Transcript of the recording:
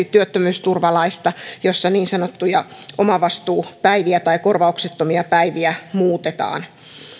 työttömyysturvalaista jossa niin sanottuja omavastuupäiviä tai korvauksettomia päiviä muutetaan